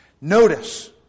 Notice